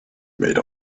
made